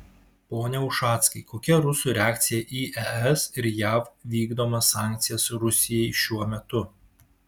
pone ušackai kokia rusų reakcija į es ir jav vykdomas sankcijas rusijai šiuo metu